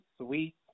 sweet